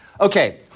Okay